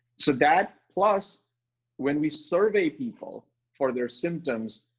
so, that plus when we survey people for their symptoms,